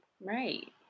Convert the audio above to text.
right